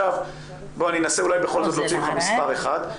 אני אנסה אולי בכל זאת להוציא ממך מספר אחד.